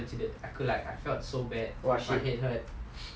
!wah! shit